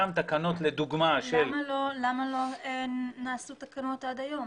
אותן תקנות לדוגמה ש- -- למה לא נעשו תקנות עד היום?